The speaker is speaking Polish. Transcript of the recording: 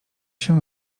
się